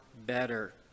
better